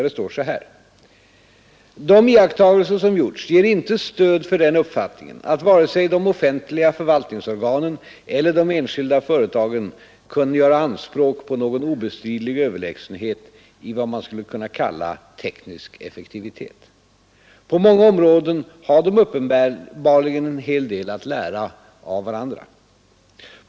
Det står så här: ”De iakttagelser som gjorts ger inte stöd för den uppfattningen, att vare sig de offentliga förvaltningsorganen eller de enskilda företagen kunna göra anspråk på någon obestridlig överlägsenhet i vad man skulle kunna kalla ”teknisk” effektivitet. På många områden ha de uppenbarligen en hel del att lära av varandra.